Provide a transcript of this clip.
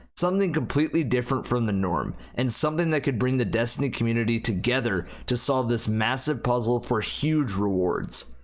something completely different from the norm, and something that could bring the destiny community together to solve this massive puzzle, for huge rewards!